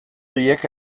horiek